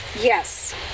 Yes